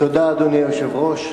אדוני היושב-ראש,